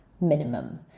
minimum